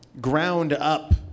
ground-up